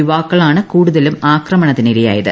യുവാക്കളാണ് കൂടുതലും ആക്രമണത്തിനിരയായത്